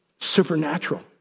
supernatural